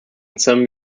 some